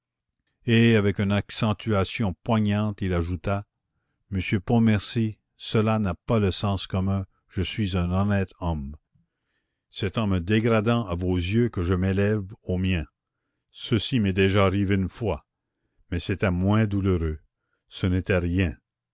et avec une accentuation poignante il ajouta monsieur pontmercy cela n'a pas le sens commun je suis un honnête homme c'est en me dégradant à vos yeux que je m'élève aux miens ceci m'est déjà arrivé une fois mais c'était moins douloureux ce n'était rien